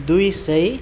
दुई सय